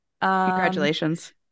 congratulations